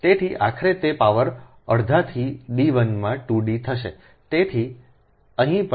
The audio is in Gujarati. તેથી આખરે તે પાવર અડધાથી D 1 માં 2 D હશે